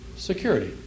security